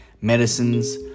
medicines